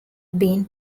been